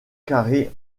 carrée